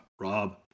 Rob